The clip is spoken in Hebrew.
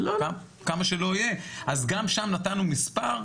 אז גם שם נתנו מספר.